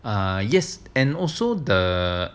uh yes and also the